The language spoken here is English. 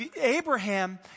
Abraham